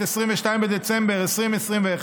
22 בדצמבר 2021,